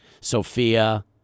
Sophia